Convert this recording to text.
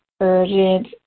urgent